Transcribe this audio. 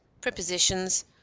Prepositions